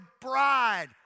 bride